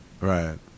right